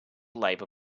labor